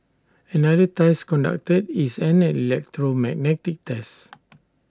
another test conducted is an electromagnetic test